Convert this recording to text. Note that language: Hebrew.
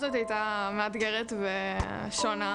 תודה למי שהכין את הסרט, זה היה מרגש מאוד.